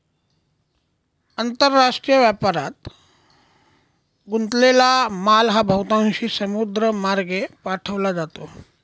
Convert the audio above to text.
आंतरराष्ट्रीय व्यापारात गुंतलेला माल हा बहुतांशी समुद्रमार्गे पाठवला जातो